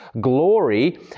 glory